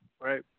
Right